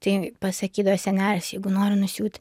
tai pasakydavo senelis jeigu nori nusiųt